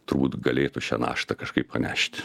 turbūt galėtų šią naštą kažkaip panešti